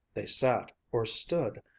they sat, or stood,